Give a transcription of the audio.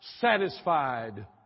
satisfied